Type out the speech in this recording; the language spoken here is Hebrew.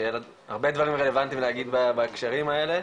שיהיה לה הרבה דברים רלוונטיים להגיד בהקשרים האלה.